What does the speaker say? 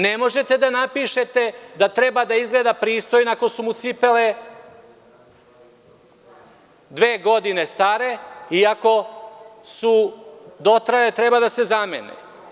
Ne možete da napišete da treba da izgleda pristojno ako su mu cipele dve godine stare i ako su dotrajale i treba da se zamene.